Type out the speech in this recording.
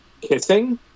kissing